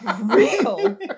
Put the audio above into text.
real